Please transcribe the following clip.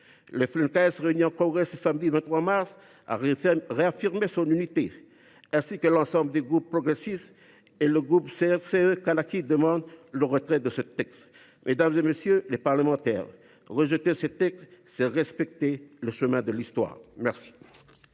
Le FLNKS, réuni en congrès ce samedi 23 mars, a réaffirmé son unité. À l’instar de l’ensemble des groupes progressistes et du groupe CRCE Kanaky, il demande le retrait de ce texte. Mesdames, messieurs les parlementaires, rejeter ce texte, c’est respecter le chemin de l’histoire. La